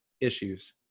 issues